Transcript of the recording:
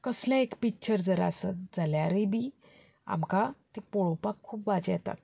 कसलेंय एक पिक्चर जर आसत जाल्यरूय बी आमकां तें पळोवपाक खूब वाज येता